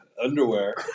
underwear